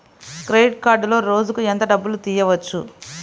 Credit కార్డులో రోజుకు ఎంత డబ్బులు తీయవచ్చు?